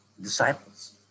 disciples